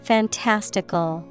Fantastical